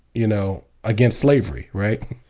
you know, against slavery. right.